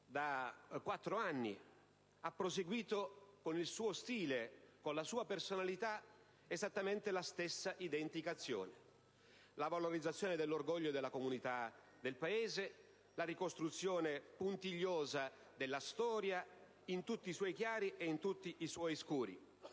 quattro anni, ha proseguito con il suo stile e la sua personalità esattamente la stessa identica azione: la valorizzazione dell'orgoglio della comunità del Paese e la ricostruzione puntigliosa della storia, in tutti i suoi chiari e in tutti i suoi scuri.